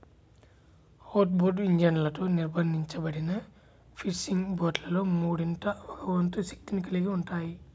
outboard ఇంజన్లతో నిర్బంధించబడిన fishing బోట్లలో మూడింట ఒక వంతు శక్తిని కలిగి ఉంటాయి